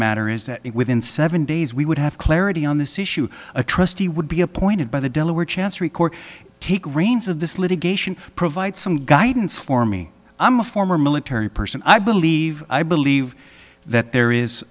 matter is that it within seven days we would have clarity on this issue a trustee would be appointed by the delaware chancery court take reins of this litigation provide some guidance for me i'm a former military person i believe i believe that there is